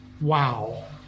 wow